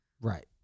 right